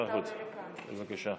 מכובדי היושב-ראש,